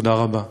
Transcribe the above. תודה רבה.